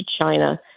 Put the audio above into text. China